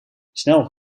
snel